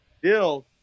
Bill